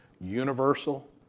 universal